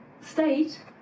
state